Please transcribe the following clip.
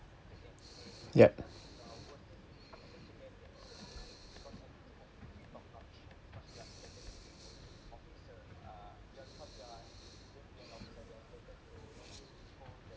yup